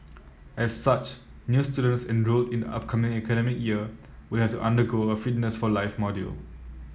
as such new students enrolled in the upcoming academic year will have to undergo a fitness for life module